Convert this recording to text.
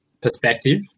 perspective